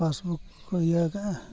ᱠᱚ ᱤᱭᱟᱹ ᱟᱠᱟᱫᱼᱟ